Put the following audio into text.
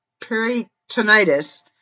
peritonitis